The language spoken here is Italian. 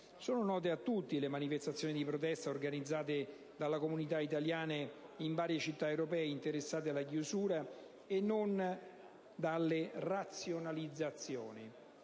Sono note a tutti le manifestazioni di protesta organizzate dalla comunità italiana in varie città europee interessate dalle chiusure e dalle razionalizzazioni.